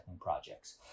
projects